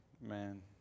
Man